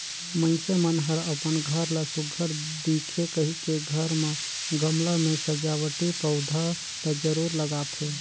मइनसे मन हर अपन घर ला सुग्घर दिखे कहिके घर म गमला में सजावटी पउधा ल जरूर लगाथे